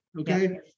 Okay